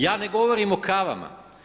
Ja ne govorim o kavama.